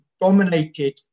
dominated